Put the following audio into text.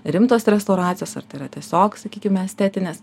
rimtos restauracijos ar tai yra tiesiog sakykime estetinės